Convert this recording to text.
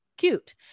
cute